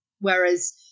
whereas